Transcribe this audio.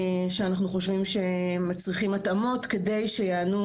שאנחנו חושבים שמצריכים התאמות כדי שיענו